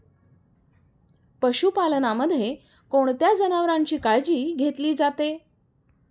पशुपालनामध्ये कोणत्या जनावरांची काळजी घेतली जाते?